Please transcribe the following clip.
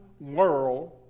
world